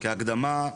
כהקדמה,